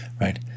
right